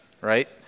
right